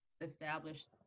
established